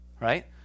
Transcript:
Right